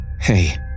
Hey